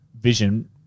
vision